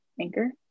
Anchor